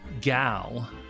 Gal